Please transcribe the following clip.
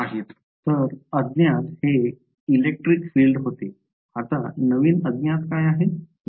तर अज्ञात हे इलेक्ट्रिक फील्ड होते आता नवीन अज्ञात आहे